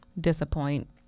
disappoint